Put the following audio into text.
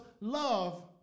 love